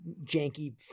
janky